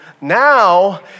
Now